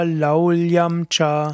laulyamcha